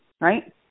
right